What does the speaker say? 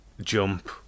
Jump